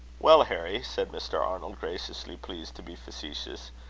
well, harry, said mr. arnold, graciously pleased to be facetious,